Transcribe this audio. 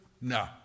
no